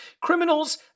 criminals